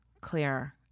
clear